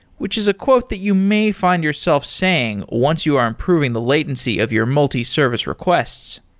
which is a quote that you may find yourself saying once you are improving the latency of your multi-service requests